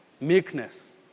meekness